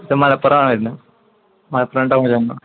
ഇത് മലപ്പുറമാണ് വരുന്നത് മലപ്പുറം ടൗണിലാണ് വരുന്നത്